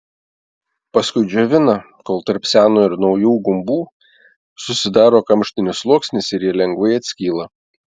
paskui džiovina kol tarp seno ir naujų gumbų susidaro kamštinis sluoksnis ir jie lengvai atskyla